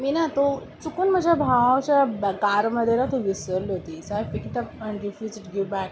मी ना तो चुकून माझ्या भावाच्या कारमध्ये ना तो विसरले होते गीव बॅक